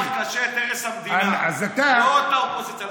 אני לוקח קשה את הרס המדינה, לא את האופוזיציה.